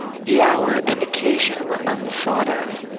the hour and occasion were unthought of.